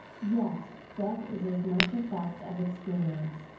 yet, death is as much a fact of experience,